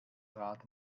rad